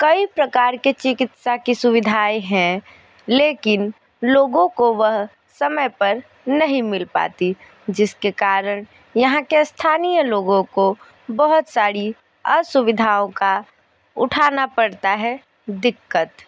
कई प्रकार के चिकित्सा की सुविधाए हैं लेकिन लोगों को वह समय पर नहीं मिल पाती जिसके कारण यहाँ के स्थानीय लोगों को बहुत सारी असुविधाओं का उठाना पड़ता है दिक्कत